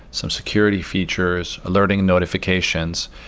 some security features, alerting notifications.